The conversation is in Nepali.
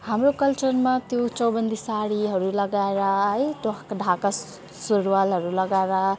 हाम्रो कल्चरमा त्यो चौबन्दी साडीहरू लगाएर है त्यो ढाका सुरुवालहरू लगाएर